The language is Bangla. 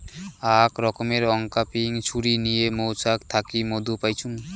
আক রকমের অংক্যাপিং ছুরি নিয়ে মৌচাক থাকি মধু পাইচুঙ